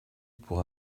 pour